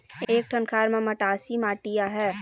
एक ठन खार म मटासी माटी आहे?